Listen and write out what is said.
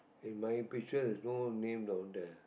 in my pictures there's no name down there